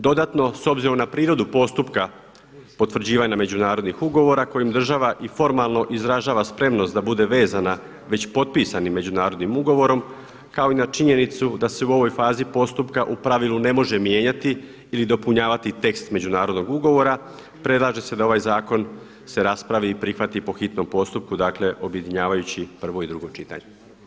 Dodatno, s obzirom na prirodu postupka potvrđivanja međunarodnih ugovora kojim država i formalno izražava spremnost da bude vezana već potpisanim međunarodnim ugovorom, kao i na činjenicu da se u ovoj fazi postupka u pravilu ne može mijenjati ili dopunjavati tekst međunarodnog ugovora, predlaže se da ovaj zakon se raspravi i prihvati po hitnom postupku, dakle objedinjavajući prvo i drugo čitanje.